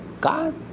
God